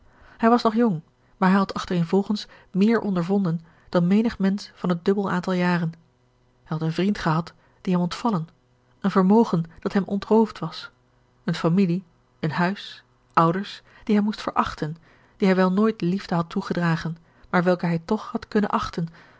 hij was nog jong maar hij had achtereenvolgens meer ondervonden dan menig mensch van het dubbel aantal jaren hij had een vriend gehad die hem ontvallen een vermogen dat hem ontroofd was eene familie een huis ouders die hij moest verachten die hij wel nooit liefde had toegedragen maar welke hij toch had kunnen achten